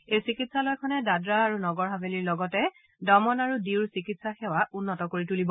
এই চিকিৎসালয়খনে দাদৰা আৰু নগৰ হাভেলীৰ লগতে দমন আৰু ডিউৰ চিকিৎসা সেৱা উন্নত কৰি তূলিব